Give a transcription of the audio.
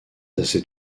assez